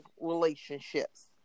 relationships